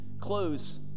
close